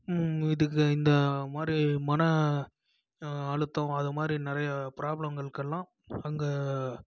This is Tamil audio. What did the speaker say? இதுக்கு இந்த மாதிரி மன அழுத்தம் அது மாதிரி நிறையா பிராப்ளங்களுக்கெல்லாம் அங்கே